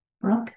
Brooke